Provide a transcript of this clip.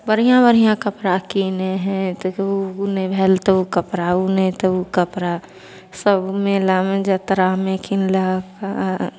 बढ़िआँ बढ़िआँ कपड़ा किनै हइ तऽ कभी ओ नहि भेल तऽ ओ कपड़ा ओ नहि तऽ ओ कपड़ासब मेलामे जतरामे किनलक